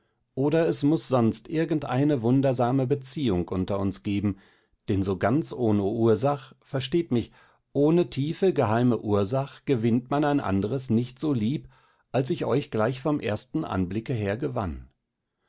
oder es muß sonst irgendeine wundersame beziehung unter uns geben denn so ganz ohne ursach versteht mich ohne tiefe geheime ursach gewinnt man ein andres nicht so lieb als ich euch gleich vom ersten anblicke her gewann